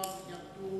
בפברואר ירדו